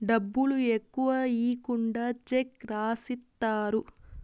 డబ్బులు ఎక్కువ ఈకుండా చెక్ రాసిత్తారు